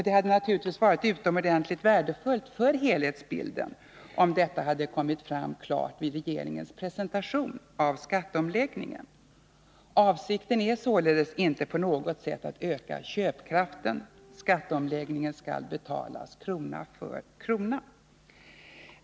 Det hade naturligtvis varit utomordentligt värdefullt för helhetsbilden om detta hade kommit fram klart i regeringens presentation av skatteomläggningen. Avsikten är således inte på något sätt att öka köpkraften. Skatteomläggningen skall betalas krona för krona.